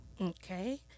Okay